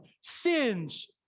sins